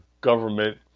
government